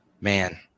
Man